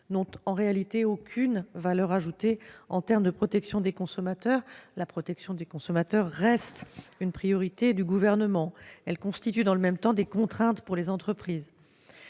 n'ont en réalité aucune valeur ajoutée en termes de protection des consommateurs- une protection qui reste une priorité du Gouvernement. Elles constituent dans le même temps des contraintes pour les entreprises.